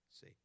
See